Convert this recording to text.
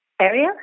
area